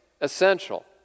essential